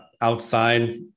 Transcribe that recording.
outside